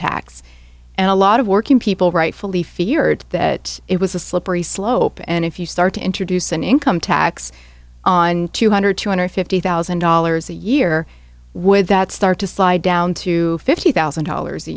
tax and a lot of working people rightfully feared that it was a slippery slope and if you start to introduce an income tax on two hundred two hundred fifty thousand dollars a year would that start to slide down to fifty thousand dollars a